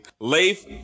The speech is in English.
Leif